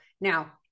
now